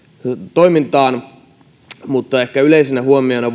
toimintaan mutta ehkä yleisenä huomiona